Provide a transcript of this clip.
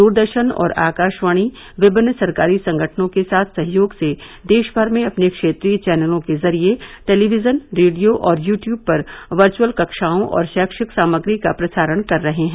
दूरदर्शन और आकाशवाणी विभिन्न सरकारी संगठनों के साथ सहयोग से देश भर में अपने क्षेत्रीय चैनलों के जरिये टेलीविजन रेडियो और यूट्यूब पर वर्चअल कक्षाओं और शैक्षिक सामग्री का प्रसारण कर रहे हैं